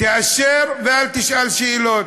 תאשר ואל תשאל שאלות.